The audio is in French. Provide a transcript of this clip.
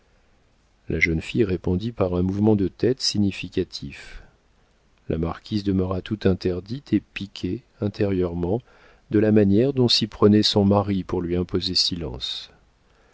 la jeune fille répondit par un mouvement de tête significatif la marquise demeura tout interdite et piquée intérieurement de la manière dont s'y prenait son mari pour lui imposer silence